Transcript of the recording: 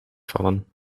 vallen